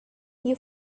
you